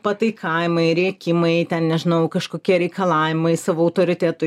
pataikavimai rėkimai ten nežinau kažkokie reikalavimai savų autoritetų